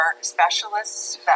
specialists